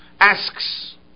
asks